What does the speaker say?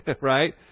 right